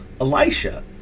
Elisha